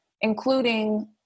including